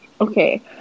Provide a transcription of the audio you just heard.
Okay